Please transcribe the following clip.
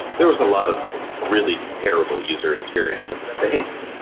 there was a lot of really terrible user experience in the space.